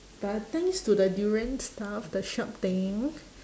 but thanks to the durian stuff the sharp thing